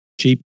cheap